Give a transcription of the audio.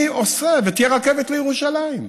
אני עושה, ותהיה רכבת לירושלים,